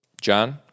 John